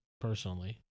personally